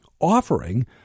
offering